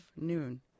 noon